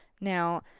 Now